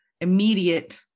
immediate